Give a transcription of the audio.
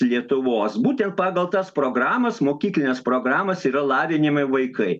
lietuvos būtent pagal tas programas mokyklines programas yra lavinami vaikai